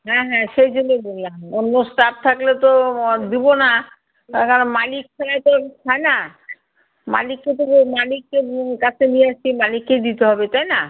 হ্যাঁ হ্যাঁ সেই জন্যই বললাম অন্য স্টাফ থাকলে তো আর দেব না তার কারণ মালিক ছাড়া তো হয় না মালিককে তো মালিককের কাছে নিয়েছি মালিককেই দিতে হবে তাই না